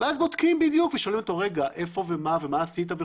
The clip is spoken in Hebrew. ואז בודקים בדיוק ושואלים אותו איפה ומה עשה,